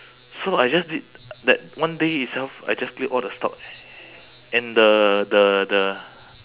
so I just did that one day itself I just clear all the stock and the the the